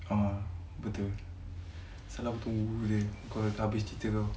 a'ah betul kau habis cerita kau